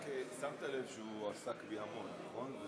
רק שמת לב שהוא עסק בי המון, נכון?